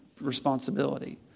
responsibility